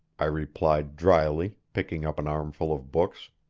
i replied dryly, picking up an armful of books.